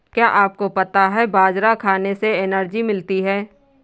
क्या आपको पता है बाजरा खाने से एनर्जी मिलती है?